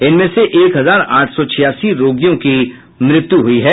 इनमें से एक हजार आठ सौ छियासी रोगियों की मृत्यु हुई है